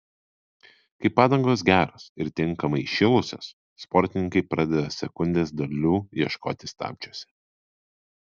kai padangos geros ir tinkamai įšilusios sportininkai pradeda sekundės dalių ieškoti stabdžiuose